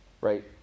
Right